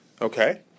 Okay